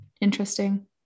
interesting